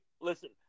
Listen